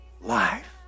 Life